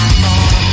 more